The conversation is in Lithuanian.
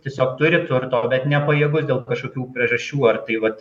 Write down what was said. tiesiog turi turto bet nepajėgus dėl kažkokių priežasčių ar tai vat